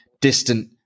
distant